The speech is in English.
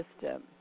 system